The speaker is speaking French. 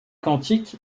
quantique